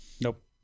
Nope